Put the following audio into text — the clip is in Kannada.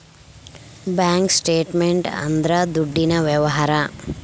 ಬ್ಯಾಂಕ್ ಸ್ಟೇಟ್ಮೆಂಟ್ ಅಂದ್ರ ದುಡ್ಡಿನ ವ್ಯವಹಾರ